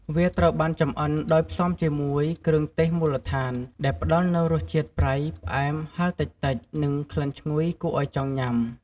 វាត្រូវបានចម្អិនដោយផ្សំជាមួយ គ្រឿងទេសមូលដ្ឋាន ដែលផ្តល់នូវរសជាតិ ប្រៃ ផ្អែម ហឹរតិចៗ និង ក្លិនឈ្ងុយ គួរឲ្យចង់ញ៉ាំ។